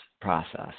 process